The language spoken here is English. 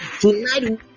Tonight